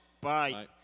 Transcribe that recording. Bye